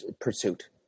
pursuit